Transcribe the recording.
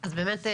אז באמת,